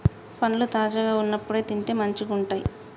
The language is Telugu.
పండ్లు తాజాగా వున్నప్పుడే తింటే మంచిగుంటయ్